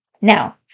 Now